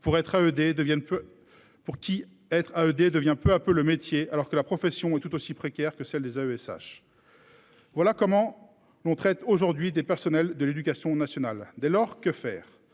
pour qui être à ED devient peu à peu le métier alors que la profession est tout aussi précaire que celle des AESH. Voilà comment on traite aujourd'hui, des personnels de l'Éducation nationale, dès lors que faire